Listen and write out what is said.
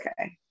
okay